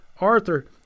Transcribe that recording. Arthur